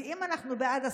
כי אם אנחנו בעד הסדרה,